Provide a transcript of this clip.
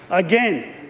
again,